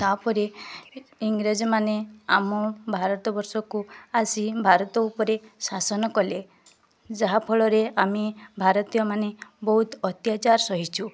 ତା'ପରେ ଇଂରେଜମାନେ ଆମ ଭାରତବର୍ଷକୁ ଆସି ଭାରତ ଉପରେ ଶାସନ କଲେ ଯାହାଫଳରେ ଆମେ ଭାରତୀୟମାନେ ବହୁତ ଅତ୍ୟାଚାର ସହିଛୁ